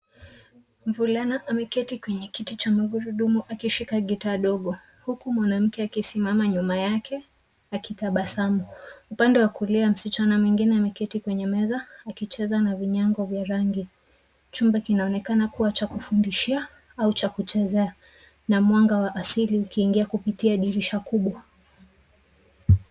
Mvulana ameketi kwenye kiti cha magurudumu akishika guitar dogo, huku mwanamke akisimama nyuma yake akitabasamu. Upande wa kulia msichana mwingine ameketi kwenye meza akicheza na vinyago vya rangi. Chumba kinaonekana kuwa cha kufundishia au kuchezea na mwanga wa asili ukiingia kupitia dirisha kubwa.